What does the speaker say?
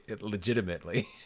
legitimately